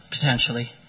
potentially